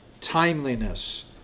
timeliness